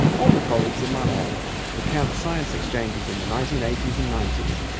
older colleagues in my lab recount science exchanges in the nineteen eighty s and ninety s,